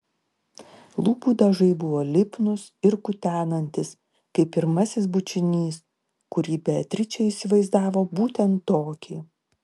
lūpų dažai buvo lipnūs ir kutenantys kaip pirmasis bučinys kurį beatričė įsivaizdavo būtent tokį